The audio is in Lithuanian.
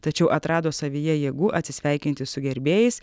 tačiau atrado savyje jėgų atsisveikinti su gerbėjais